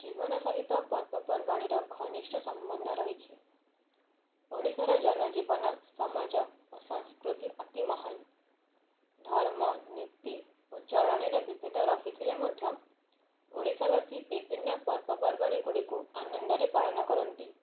ଜୀବନ ସହିତ ପର୍ବପର୍ବାଣୀର ଘନିଷ୍ଠ ସମ୍ବନ୍ଧ ରହିଛି ଓଡ଼ିଶାର ଜନ ଜୀବନ ସମାଜ ଓ ସଂସ୍କୃତି ଅତି ମହାନ୍ ଧର୍ମ ନୀତି ଓ ଚଳଣିର ବିବିଧ ରହିଥିଲେ ମଧ୍ୟ ଓଡ଼ିଶାବାସୀ ବିଭିନ୍ନ ପର୍ବପର୍ବାଣୀଗୁଡ଼ିକୁ ଆନନ୍ଦରେ ପାଳନ କରନ୍ତି